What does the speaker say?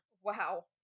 Wow